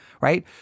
right